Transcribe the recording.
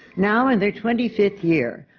now in their twenty fifth year,